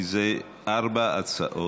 כי זה ארבע הצעות.